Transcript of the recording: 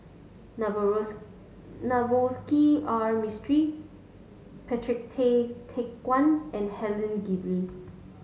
Navroji R Mistri Patrick Tay Teck Guan and Helen Gilbey